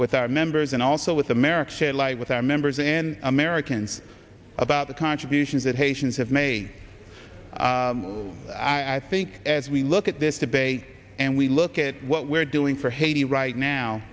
with our members and also with america live with our members and americans about the contributions that haitians have made i think as we look at this debate and we look at what we're doing for haiti right now